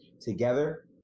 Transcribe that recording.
together